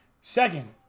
second